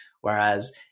Whereas